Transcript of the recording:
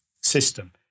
system